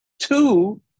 two